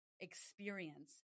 experience